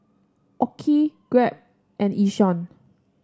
OKI Grab and Yishion